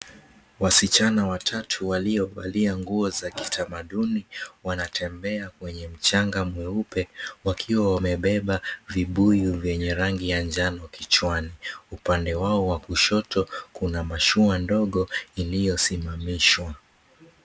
Wasichana watatu waliovalia nguo za kitamaduni wanatembea kwenye mchanga mweupe wakiwa wamebeba vibuyu vyenye rangi ya njano kichwani. Upande wao wa kushoto kuna mashua ndogo iliyosimamishwa.